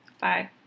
Bye